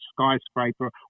skyscraper